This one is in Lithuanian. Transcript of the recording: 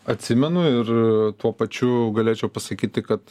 atsimenu ir tuo pačiu galėčiau pasakyti kad